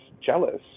jealous